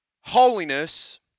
holiness